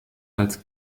als